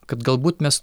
kad galbūt mes